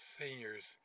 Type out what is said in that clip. seniors